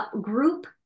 group